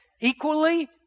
equally